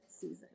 season